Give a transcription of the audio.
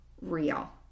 real